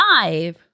five